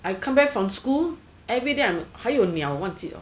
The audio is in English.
I come back from school everyday I'm 还有鸟忘记了